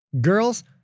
Girls